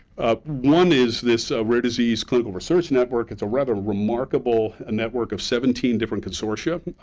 ah one is, this rare disease clinical research network. it's a rather remarkable and network of seventeen different consortia,